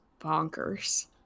bonkers